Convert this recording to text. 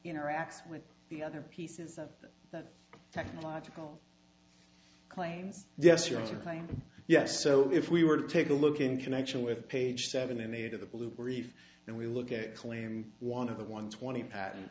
interacts with the other pieces of the technological claims yes your eyes are playing yes so if we were to take a look in connection with page seven and eight of the blue brief and we look at claim one of the one twenty pat